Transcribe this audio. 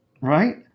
right